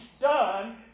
done